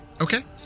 Okay